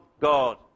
God